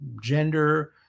gender